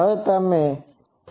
હવે તમે 3db57